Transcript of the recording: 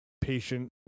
patient